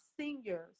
seniors